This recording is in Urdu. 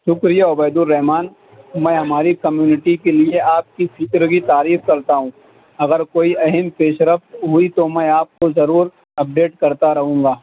شُکریہ عُبید الرّحمن میں ہماری کمیونٹی کے لیے آپ کی فِکر کی تعریف کرتا ہوں اگر کوئی اہم پیش رفت ہوئی تو میں آپ کو ضرور اپ ڈیٹ کرتا رہوں گا